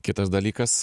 kitas dalykas